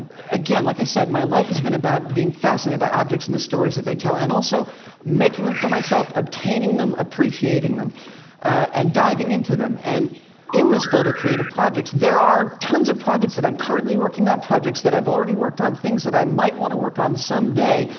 again, like i said, my life has been about being fascinated by objects and the stories that they tell, and also making them for myself, obtaining them, appreciating them and diving into them. and in this folder, creative projects, there are tons of projects that i'm currently working on, projects that i've already worked on, things that i might want to work on some day,